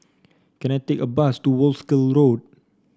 can I take a bus to Wolskel Road